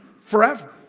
forever